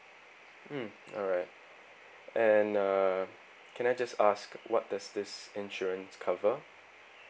mm alright and uh can I just ask what does this insurance cover